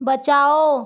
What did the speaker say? बचाओ